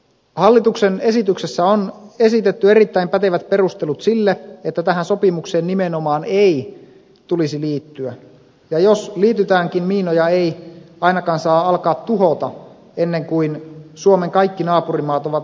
hallituksen esityksessä on esitetty erittäin pätevät perustelut sille että tähän sopimukseen nimenomaan ei tulisi liittyä ja jos liitytäänkin miinoja ei ainakaan saa alkaa tuhota ennen kuin suomen kaikki naapurimaat ovat mukana sopimuksessa